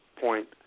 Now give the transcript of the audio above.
point